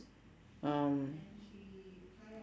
um